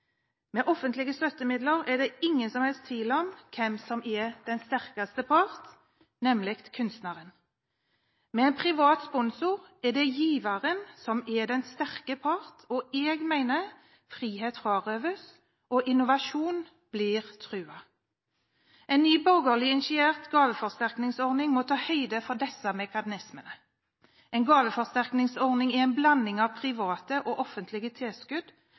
Med offentlige støttemidler er det ingen som helst tvil om hvem som er den sterkeste part, nemlig kunstneren. Med en privat sponsor er det giveren som er den sterke part, og jeg mener frihet frarøves og innovasjon blir truet. En ny, borgerlig initiert gaveforsterkningsordning må ta høyde for disse mekanismene. En gaveforsterkningsordning er en blanding av private og offentlige tilskudd